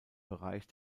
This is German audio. bereich